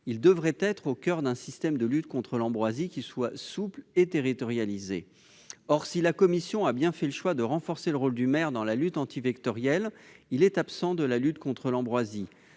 Il devrait être au coeur d'un système de lutte contre l'ambroisie à la fois souple et territorialisé. Or si la commission a bien fait le choix de renforcer le rôle du maire dans la lutte antivectorielle, ce dernier est absent de la lutte contre l'ambroisie.